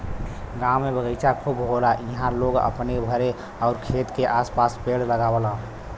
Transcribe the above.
गांव में बगीचा खूब होला इहां लोग अपने घरे आउर खेत के आस पास पेड़ लगावलन